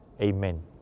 Amen